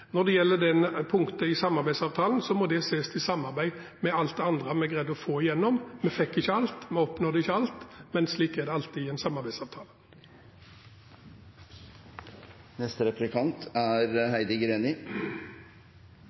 Når det gjelder det punktet i samarbeidsavtalen, må det ses i sammenheng med alt det andre vi har greid å få gjennom. Vi fikk ikke alt, vi oppnådde ikke alt, men slik er det alltid i en samarbeidsavtale.